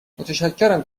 متشکرم